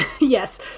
yes